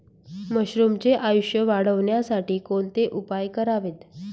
मशरुमचे आयुष्य वाढवण्यासाठी कोणते उपाय करावेत?